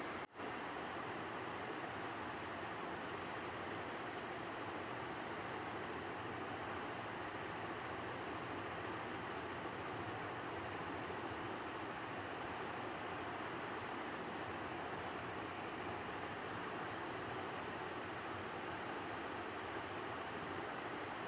Bhim application को किस संस्था ने विकसित किया है?